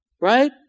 Right